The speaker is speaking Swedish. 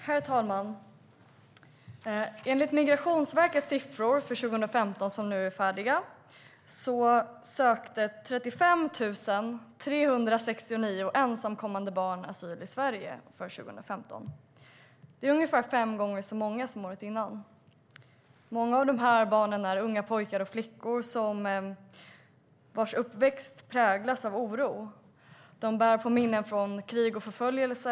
Herr talman! Enligt Migrationsverkets siffror för 2015, som nu är färdiga, sökte 35 369 ensamkommande barn asyl i Sverige 2015. Det är ungefär fem gånger så många som året dessförinnan. Många av barnen är unga pojkar och flickor vars uppväxt präglas av oro. De bär på minnen från krig och förföljelse.